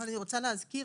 אבל אני רוצה להזכיר